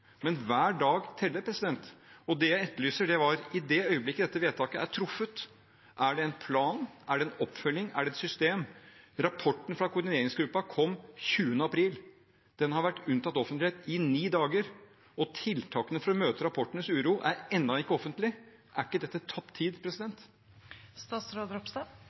men hver dag teller. Det jeg etterlyser, er: I det øyeblikk dette vedtaket ble truffet, var det en plan? Er det en oppfølging? Er det et system? Rapporten fra koordineringsgruppen kom 20. april. Den har vært unntatt offentlighet i ni dager, og tiltakene for å møte rapportens uro er ennå ikke offentlig. Er ikke dette tapt tid?